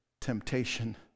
temptation